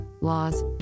laws